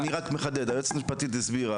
אני רק מחדד: היועצת המשפטית הסבירה